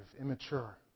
Immature